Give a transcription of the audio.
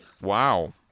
Wow